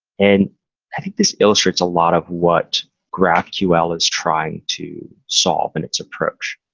and i think this illustrates a lot of what graphql is trying to solve in its approach.